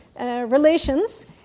relations